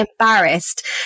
embarrassed